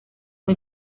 muy